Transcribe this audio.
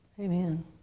Amen